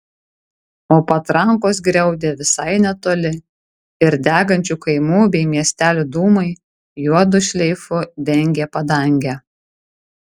o patrankos griaudė visai netoli ir degančių kaimų bei miestelių dūmai juodu šleifu dengė padangę